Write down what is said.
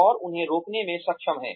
और उन्हें रोकने में सक्षम हैं